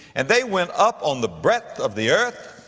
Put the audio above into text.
and they went up on the breadth of the earth,